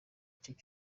gihe